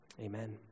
Amen